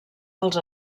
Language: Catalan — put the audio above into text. dels